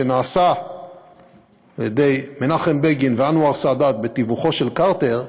שנעשה על-ידי מנחם בגין ואנואר סאדאת בתיווכו של קרטר,